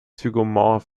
zygomorph